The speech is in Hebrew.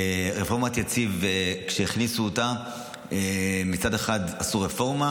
רפורמת יציב, כשהכניסו אותה מצד אחד עשו רפורמה,